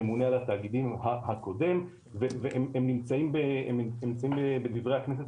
ידי הממונה על התאגידים הקודם והם נמצאים בדברי הכנסת,